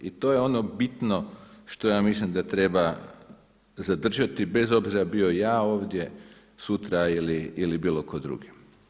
I to je ono bitno što ja mislim da treba zadržati bez obzira bio ja ovdje sutra ili bilo tko drugi.